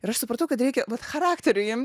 ir aš supratau kad reikia vat charakterio jiem